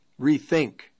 rethink